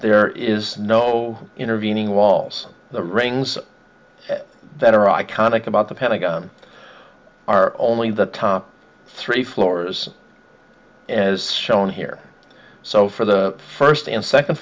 there is no intervening walls the rings that are iconic about the pentagon are only the top three floors and as shown here so for the first and second